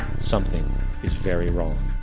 something is very wrong.